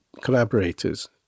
collaborators